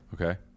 Okay